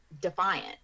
defiant